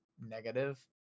negative